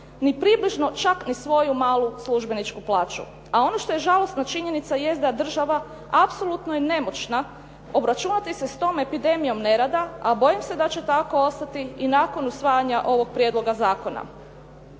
ni približno čak ni svoju malu službeničku plaću. A ono što je žalosno činjenica jest da je država apsolutno je nemoćna obračunati se s tom epidemijom nerada, a bojim se da će tako ostati i nakon usvajanja ovog prijedloga zakona.